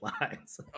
lines